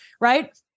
right